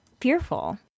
fearful